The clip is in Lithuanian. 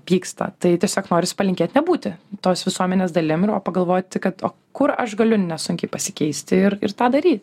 pyksta tai tiesiog norisi palinkėt nebūti tos visuomenės dalim o ir pagalvoti kad o kur aš galiu nesunkiai pasikeisti ir ir tą daryt